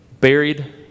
buried